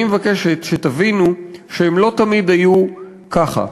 אני מבקשת שתבינו שהם לא תמיד היו ככה,